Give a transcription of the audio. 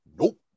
Nope